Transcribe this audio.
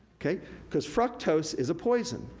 cause fructose is a poison.